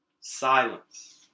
Silence